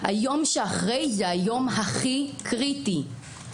היום שאחרי זה היום הכי קריטי.